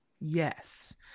yes